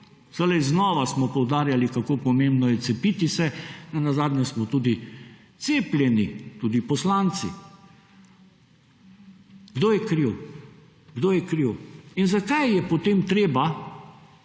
Vselej znova smo poudarjali kako pomembno je cepiti se, nenazadnje smo tudi cepljeni, tudi poslanci. Kdo je kriv? Kdo je kriv? In zakaj je potem treba,